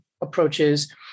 approaches